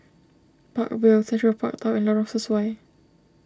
Park Vale Central Park Tower and Lorong Sesuai